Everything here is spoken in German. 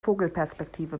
vogelperspektive